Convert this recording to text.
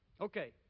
Okay